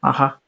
Aha